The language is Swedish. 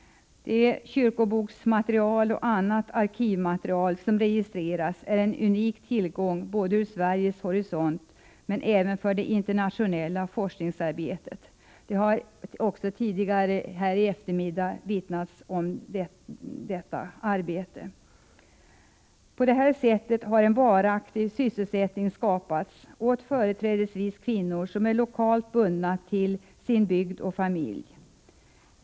Det kyrkoboksmaterial och annat arkivmaterial som registreras är en unik tillgång från Sveriges horisont och för det internationella forskningsarbetet. Man har också tidigare här i eftermiddag omvittnat betydelsen av detta arbete. På detta sätt har en varaktig sysselsättning skapats åt företrädesvis kvinnor som är lokalt bundna till sin bygd och familj.